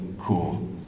cool